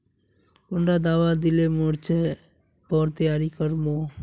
कुंडा दाबा दिले मोर्चे पर तैयारी कर मो?